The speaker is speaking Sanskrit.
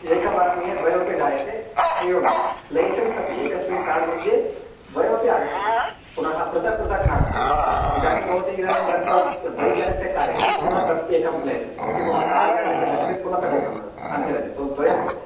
एकवारं मया द्वयमपि जायते एवं लैसेन्स् अपि एकस्मिन् कार्ड् मध्ये द्वयमपि आगच्छति पुनः पृथक् पृथक् नास्ति इदानीं भवति इदानीं गत्वा बैक्यानस्य कारयति पुनः तत् एकं लैसेन्स् भवति पुनः कार्यानस्य गच्छति पुनः तदेकं भवति अन्यत् अन्यत् तद् द्वयं भवति